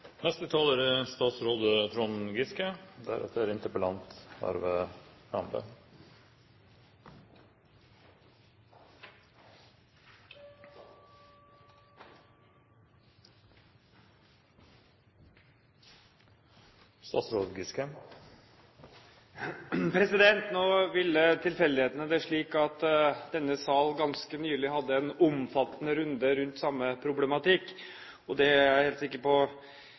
Nå ville tilfeldighetene det slik at man i denne sal ganske nylig hadde en omfattende runde rundt samme problematikk. Det er jeg helt sikker på